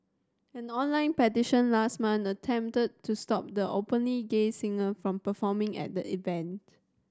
an online petition last month attempted to stop the openly gay singer from performing at the event